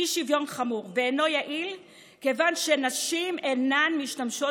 אי-שוויון ואינה יעילה כיוון שנשים אינן משתמשות